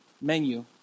menu